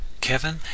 Kevin